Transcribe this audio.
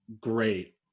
great